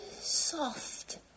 soft